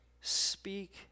Speak